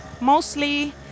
mostly